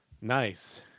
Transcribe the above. Nice